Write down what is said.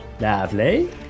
Lovely